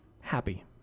happy